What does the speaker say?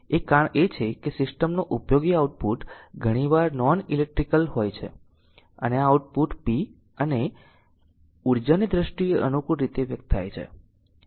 એક કારણ એ છે કે સિસ્ટમનું ઉપયોગી આઉટપુટ ઘણીવાર નોન ઈલેક્ટ્રીકલ હોય છે અને આ આઉટપુટ p અથવા અને ઉર્જાની દ્રષ્ટિએ અનુકૂળ રીતે વ્યક્ત થાય છે